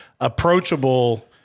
approachable